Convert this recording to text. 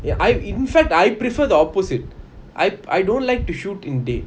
ya i~ in fact I prefer the opposite I I don't like to shoot in day